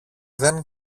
δεν